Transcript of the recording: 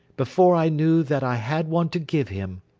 before i knew that i had one to give him.